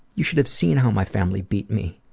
you should have seen how my family beat me.